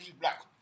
black